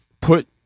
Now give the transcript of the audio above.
put